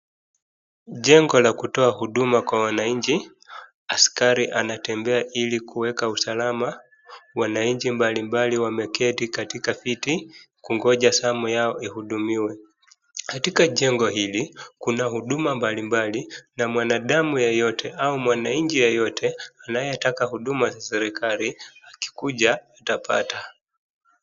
Jengo la kutoa huduma kwa wananchi, askari anatembea ili kuweka usalama wananchi mbalimbali wameketi katika viti kungoja zamu yao ihudumiwe. Katika jengo hili kuna huduma mbalimbali na mwandamu yeyote au mwananchi yeyote anayetaka huduma za serekali akikuja atapata.